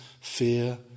fear